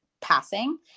passing